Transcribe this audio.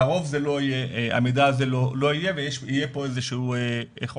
לרוב המידע הזה לא יהיה ויהיה פה איזה שהוא חוסר.